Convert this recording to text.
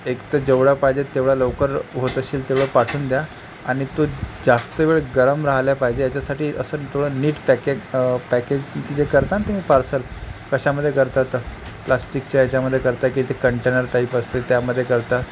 एक तर जेवढ्या पाहिजे तेवढ्या लवकर होत असेल तेवढं पाठवून द्या आणि तो जास्त वेळ गरम राहिल्या पाहिजे याच्यासाठी असं थोडं नीट पॅके पॅकेजिंग जे करता न तुम्ही पार्सल कशामध्ये करता तर प्लास्टिकच्या याच्यामध्ये करता की ते कंटेनर टाईप असते त्यामध्ये करता